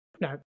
No